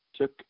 took